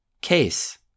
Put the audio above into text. case